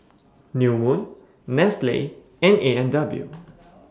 New Moon Nestle and A and W